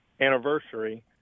anniversary